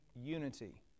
unity